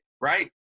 right